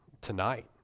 tonight